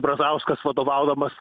brazauskas vadovaudamas